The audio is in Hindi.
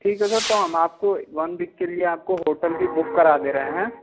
ठीक है सर तो हम आपको वन वीक के लिए आपको होटल भी बुक करा दे रहे हैं